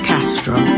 Castro